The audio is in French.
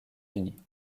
unis